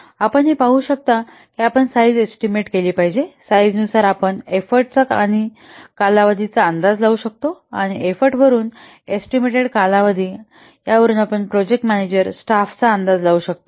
आपण हे पाहू शकता की आपण साइज एस्टीमेट केली पाहिजे साइजनुसार आपण एफ्फोर्ट चा आणि कालावधीचा अंदाज लावू शकतो आणि एफ्फोर्ट वरून व एस्टीमेटेड कालावधी यावरून प्रोजेक्ट मॅनेजर स्टाफचा अंदाज लावू शकतो